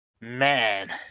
Man